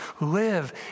Live